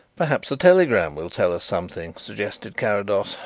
perhaps the telegram will tell us something, suggested carrados.